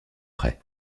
près